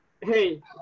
Hey